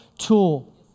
tool